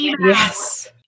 Yes